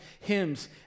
hymns